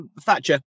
Thatcher